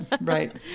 right